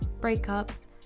breakups